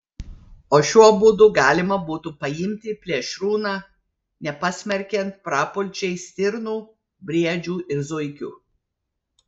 o šiuo būdu galima būtų paimti plėšrūną nepasmerkiant prapulčiai stirnų briedžių ir zuikių